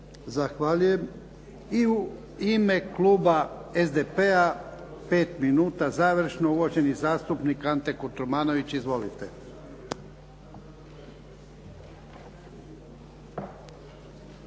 Zahvaljujem. I u ime kluba SDP-a, 5 minuta završno, uvaženi zastupnik Ante Kotromanović. Izvolite.